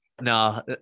no